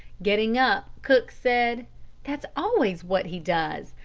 getting up, cook said that's always what he does,